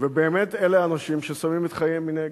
ובאמת אלה אנשים ששמים את חייהם מנגד.